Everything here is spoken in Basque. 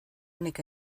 neka